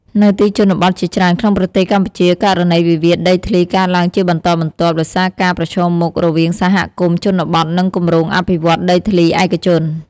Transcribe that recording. នៅទីជនបទជាច្រើនក្នុងប្រទេសកម្ពុជា ករណីវិវាទដីធ្លីកើតឡើងជាបន្តបន្ទាប់ ដោយសារការប្រឈមមុខរវាងសហគមន៍ជនបទនិងគម្រោងអភិវឌ្ឍដីធ្លីឯកជន។